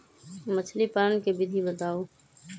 मछली पालन के विधि बताऊँ?